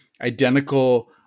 identical